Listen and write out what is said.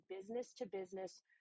business-to-business